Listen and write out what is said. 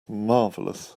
marvelous